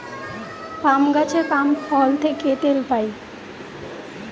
পাম গাছের পাম ফল থেকে তেল পাই